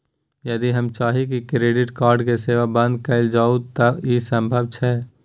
यदि हम चाही की क्रेडिट कार्ड के सेवा बंद कैल जाऊ त की इ संभव छै?